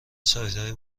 سایتهای